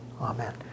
amen